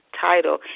title